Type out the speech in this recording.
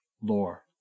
Lore